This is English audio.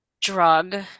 drug